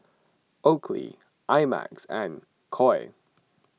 Oakley I Max and Koi